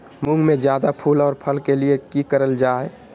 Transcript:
मुंग में जायदा फूल और फल के लिए की करल जाय?